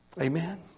Amen